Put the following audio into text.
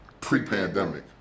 pre-pandemic